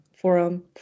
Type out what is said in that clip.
forum